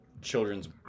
children's